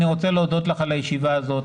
אני רוצה להודות לך על הישיבה הזאת,